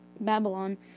Babylon